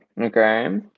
Okay